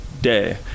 day